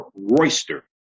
Royster